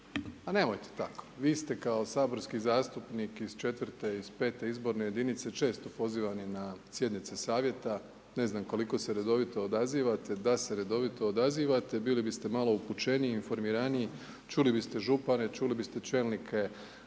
Pa nemojte tako. Vi ste kao saborski zastupnik iz 4 iz 5 izborne jedinice, često pozivani na sjednice savjeta, ne znam koliko se redovito odazivate, da se redovito odazivate, bili biste malo upućeniji i informiraniji, čuli biste župana i čuli biste čelnike